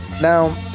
Now